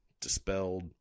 dispelled